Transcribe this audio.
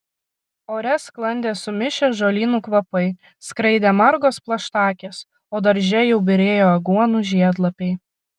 ore sklandė sumišę žolynų kvapai skraidė margos plaštakės o darže jau byrėjo aguonų žiedlapiai